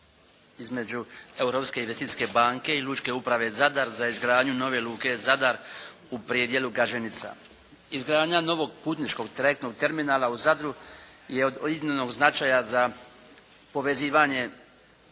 banke i Lučke uprave "Zadar" za izgradnju nove luke Zadar u predjelu Gaženica. Izgradnja novog putničkog trajektnog terminala u Zadru je od iznimnog značaja za povezivanje